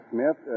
Smith